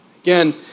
Again